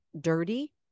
dirty